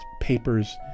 papers